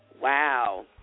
Wow